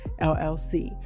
LLC